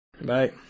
Bye